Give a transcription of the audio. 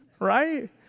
right